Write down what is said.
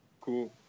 Cool